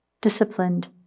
disciplined